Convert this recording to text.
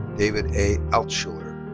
david a. altschuler.